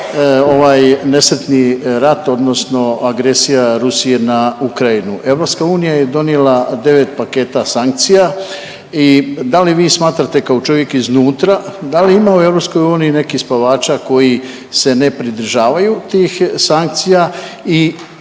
ovaj nesretni rat, odnosno agresija Rusije na Ukrajinu. EU je donijela 9 paketa sankcija i da li vi smatrate kao čovjek iznutra, da li ima u EU nekih spavača koji se ne pridržavaju tih sankcija i jesu li